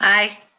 aye.